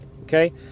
Okay